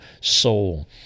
soul